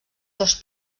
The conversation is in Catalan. dos